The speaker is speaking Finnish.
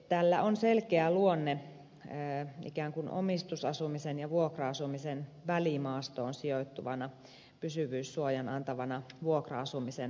tällä on selkeä luonne ikään kuin omistusasumisen ja vuokra asumisen välimaastoon sijoittuvana pysyvyyssuojan antavana vuokra asumisen muotona